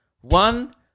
One